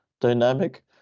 dynamic